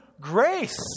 grace